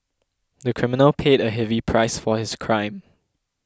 the criminal paid a heavy price for his crime